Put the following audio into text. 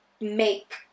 make